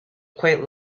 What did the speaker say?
quite